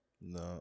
No